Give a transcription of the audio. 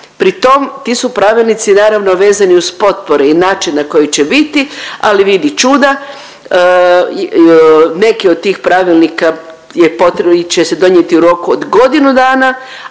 pri tom ti su pravilnici naravno vezani uz potpore i način na koji će biti. Ali vidi čuda, neki od tih pravilnika je potrebno, će se donijeti u roku od godinu dana,